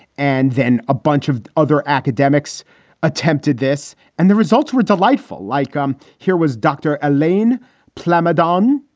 and then a bunch of other academics attempted this and the results were delightful, like. um here was dr. alain plamondon,